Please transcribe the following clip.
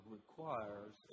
requires